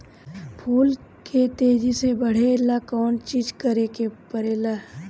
फूल के तेजी से बढ़े ला कौन चिज करे के परेला?